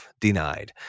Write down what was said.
denied